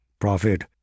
Prophet